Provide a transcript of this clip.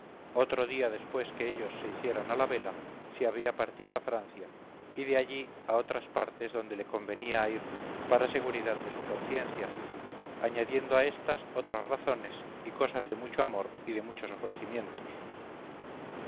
otro día después que ellos se hicieron a la vela se había partido a francia y de allí a otras partes donde le convenía a ir para seguridad de su conciencia añadiendo a éstas otras razones y cosas de mucho amor y de muchos